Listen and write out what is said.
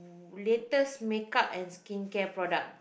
latest makeup and skincare product